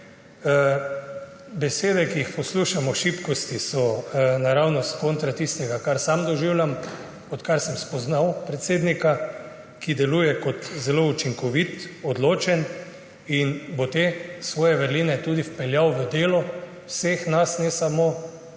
Besede, ki jih poslušam o šibkosti, so naravnost kontra tistega, kar sam doživljam, odkar sem spoznal predsednika, ki deluje kot zelo učinkovit, odločen in bo te svoje vrline tudi vpeljal v delo vseh nas, ne samo države in